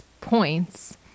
points